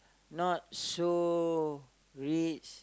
not so rich